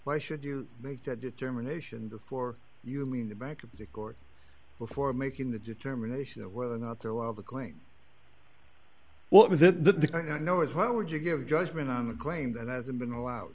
why should you make that determination before you mean the bankruptcy court before making the determination of whether or not there well the claim what was the i know is why would you give judgment on a claim that hasn't been allowed